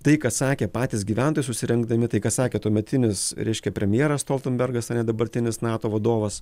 tai ką sakė patys gyventojai susirengdami tai kas sakė tuometinis reiškia premjeras stoltenbergas ane dabartinis nato vadovas